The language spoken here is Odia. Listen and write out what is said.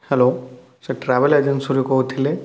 ହ୍ୟାଲୋ ସାର୍ ଟ୍ରାଭେଲ୍ ଏଜେନ୍ସିରୁ କହୁଥିଲେ